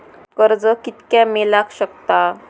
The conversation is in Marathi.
कर्ज कितक्या मेलाक शकता?